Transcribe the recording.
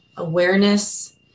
Awareness